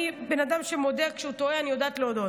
אני בן אדם שמודה כשהוא טועה, אני יודעת להודות.